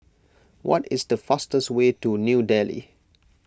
what is the fastest way to New Delhi